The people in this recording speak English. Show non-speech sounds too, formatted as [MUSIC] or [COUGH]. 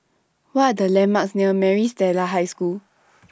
What Are The landmarks near Maris Stella High School [NOISE]